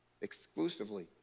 exclusively